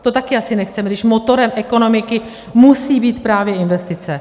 To taky asi nechceme, když motorem ekonomiky musí být právě investice.